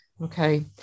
Okay